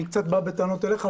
אני קצת בא בטענות אליך,